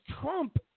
Trump